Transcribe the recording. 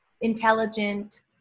intelligent